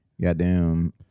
goddamn